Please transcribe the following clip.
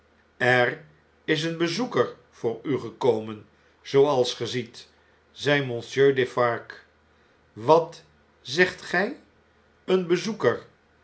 er is een bezoeker voor u gekomen zooals ge ziet zei monsieur defarge wat zegt gij een bezoeker